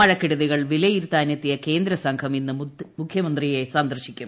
മഴക്കെടുതികൾ വിലിയിരുത്താനെത്തിയ കേന്ദ്രസംഘം ഇന്ന് മുഖ്യമന്ത്രിയെ സന്ദർശിക്കും